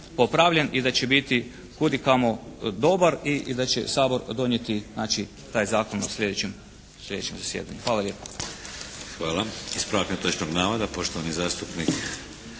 popravljen i da će biti kud i kamo dobar i da će Sabor donijeti znači taj zakon u slijedećem zasjedanju. Hvala lijepa.